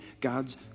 God's